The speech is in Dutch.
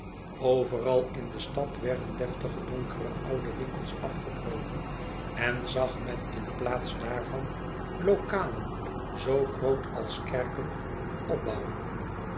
overal in de stad werden deftige donkere oude winkels afgebroken en zag men in plaats daarvan lokalen zoo groot als kerken opbouwen